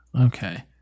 okay